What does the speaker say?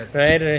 right